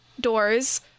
doors